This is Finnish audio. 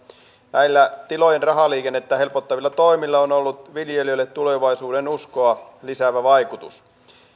näillä tilojen rahaliikennettä helpottavilla toimilla on ollut viljelijöille tulevaisuudenuskoa lisäävä vaikutus